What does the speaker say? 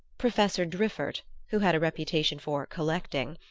professor driffert, who had a reputation for collecting,